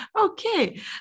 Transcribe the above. Okay